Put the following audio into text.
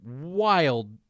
wild